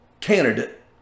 candidate